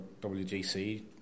WGC